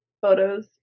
photos